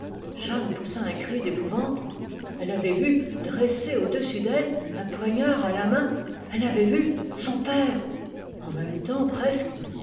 jeanne poussa un cri d'épouvante elle avait vu dressé au-dessus d'elle un poignard à la main elle avait vu son père en même temps presque